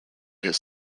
his